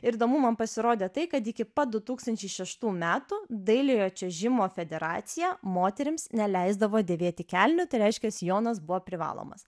ir įdomu man pasirodė tai kad iki pat du tūkstančiai šeštų metų dailiojo čiuožimo federacija moterims neleisdavo dėvėti kelnių tai reiškia sijonas buvo privalomas